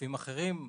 בגופים אחרים,